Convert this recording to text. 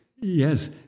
Yes